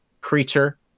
creature